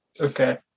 Okay